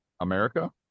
America